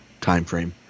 timeframe